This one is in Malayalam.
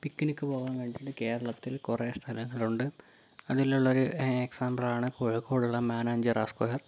പിക്നിക്ക് പോകുവാൻ വേണ്ടിയിട്ട് കേരളത്തിൽ കുറേ സ്ഥലങ്ങളുണ്ട് അതിലുള്ളൊരു എക്സാമ്പിളാണ് കോഴിക്കോടുള്ള മാനാഞ്ചിറ സ്ക്വയർ